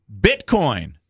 Bitcoin